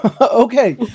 Okay